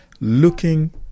looking